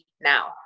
now